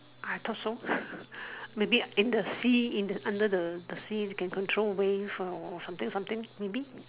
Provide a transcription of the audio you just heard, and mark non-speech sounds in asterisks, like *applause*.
I thought so *breath* maybe in the sea in the under the the sea can control wave or something something maybe